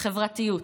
חברתיות.